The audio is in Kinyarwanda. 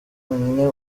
wonyine